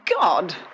God